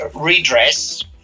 redress